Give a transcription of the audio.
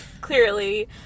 clearly